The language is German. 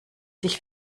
sich